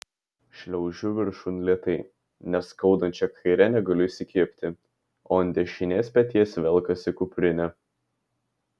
šliaužiu viršun lėtai nes skaudančia kaire negaliu įsikibti o ant dešinės peties velkasi kuprinė